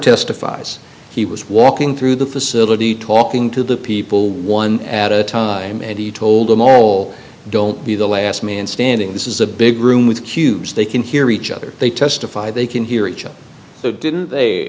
testifies he was walking through the facility talking to the people one at a time and he told them all don't be the last man standing this is a big room with cubes they can hear each other they testify they can hear each other so didn't